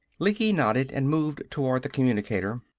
lecky nodded and moved toward the communicator.